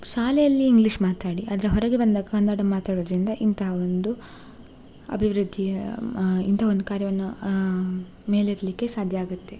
ಶಾಲೆಯಲ್ಲಿ ಇಂಗ್ಲೀಷ್ ಮಾತಾಡಿ ಆದರೆ ಹೊರಗೆ ಬಂದಾಗ ಕನ್ನಡ ಮಾತಾಡೋದರಿಂದ ಇಂಥಾ ಒಂದು ಅಭಿವೃದ್ಧಿಯ ಮಾ ಇಂಥ ಒಂದು ಕಾರ್ಯವನ್ನು ಮೇಲೆತ್ತಲಿಕ್ಕೆ ಸಾಧ್ಯ ಆಗುತ್ತೆ